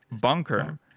Bunker